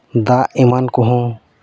ᱫᱟᱜ ᱮᱢᱟᱱ ᱠᱚᱦᱚᱸ